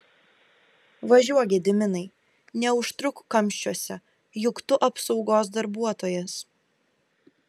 važiuok gediminai neužtruk kamščiuose juk tu apsaugos darbuotojas